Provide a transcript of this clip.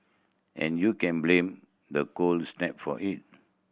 and you can blame the cold snap for it